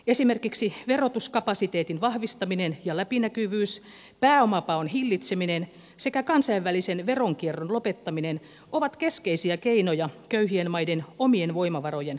esimerkiksi verotuskapasiteetin vahvistaminen ja läpinäkyvyys pääomapaon hillitseminen sekä kansainvälisen veronkierron lopettaminen ovat keskeisiä keinoja köyhien maiden omien voimavarojen kasvattamisessa